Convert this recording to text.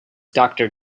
doctor